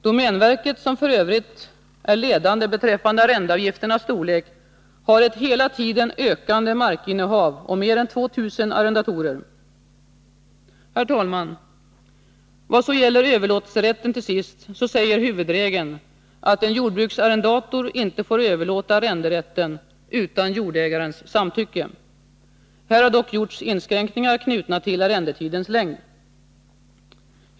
Domänverket, som f. ö. är ledande beträffande arrendeavgifternas storlek, har ett hela tiden ökande markinnehav och mer än 2 000 arrendatorer. Herr talman! Vad så till sist gäller överlåtelserätten, säger huvudregeln att en jordbruksarrendator inte får överlåta arrenderätten utan jordägarens samtycke. Här har dock gjorts inskränkningar, knutna till arrendetidens längd.